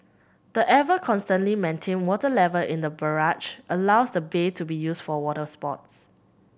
the ever constantly maintained water level in the barrage allows the bay to be used for water sports